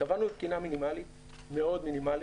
קבענו תקינה מאוד מינימלית.